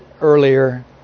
earlier